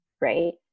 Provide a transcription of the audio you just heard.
right